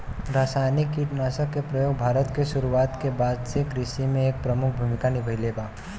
रासायनिक कीटनाशक के प्रयोग भारत में शुरुआत के बाद से कृषि में एक प्रमुख भूमिका निभाइले बा